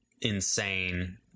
insane